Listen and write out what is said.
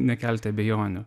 nekelti abejonių